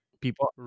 people